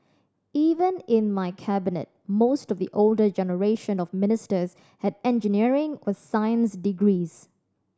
even in my Cabinet most of the older generation of ministers had engineering or science degrees